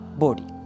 body